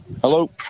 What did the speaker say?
Hello